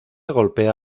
golpea